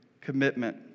commitment